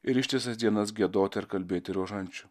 ir ištisas dienas giedoti ir kalbėti rožančių